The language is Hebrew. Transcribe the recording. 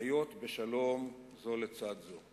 שחיות בשלום זו לצד זו.